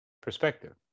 perspective